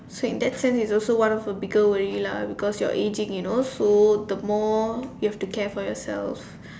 so in that sense it is also one of your bigger worry lah because you are aging you know so the more you have to care for yourself